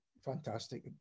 Fantastic